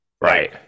Right